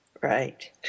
Right